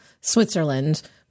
Switzerland